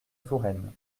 touraine